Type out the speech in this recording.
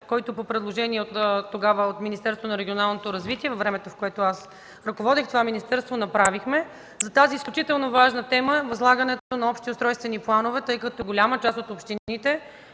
който по предложение тогава от Министерството на регионалното развитие, във времето, в което аз ръководех това министерство, предвидихме за тази изключително важна тема – възлагането на общи устройствени планове, тъй като голяма част от общините